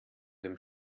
dem